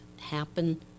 happen